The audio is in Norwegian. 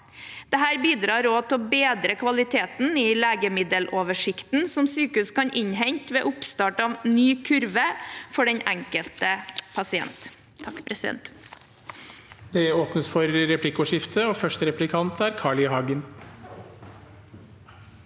Dette bidrar også til å bedre kvaliteten i legemiddeloversikten som sykehus kan innhente ved oppstart av ny kurve for den enkelte pasient.